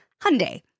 Hyundai